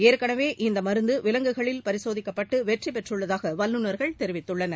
ஏற்கனவே இந்த மருந்து விலங்குகளில் பரிசோதிக்கப்பட்டு வெற்றி பெற்றுள்ளதாக வல்லுநர்கள் தெரிவித்துள்ளனர்